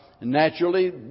naturally